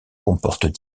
comportent